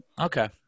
Okay